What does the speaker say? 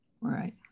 Right